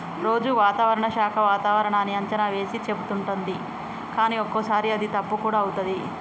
రోజు వాతావరణ శాఖ వాతావరణన్నీ అంచనా వేసి చెపుతుంటది కానీ ఒక్కోసారి అది తప్పు కూడా అవుతది